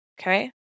Okay